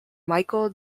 michael